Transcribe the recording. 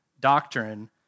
doctrine